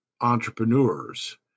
entrepreneurs